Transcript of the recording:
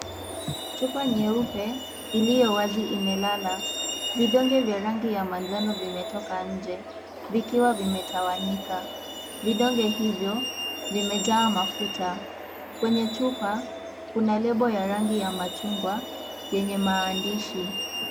Watu wanne wamesimama karibu na meza. Mmoja wao aliyevalia suti nyeusi anazungumza na mwanamke. Mwanaume mwingine aliyevaa shati jeupe anacheka kwa furaha.